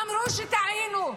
אמרו: טעינו,